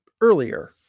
earlier